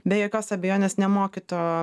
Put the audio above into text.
be jokios abejonės nemokyto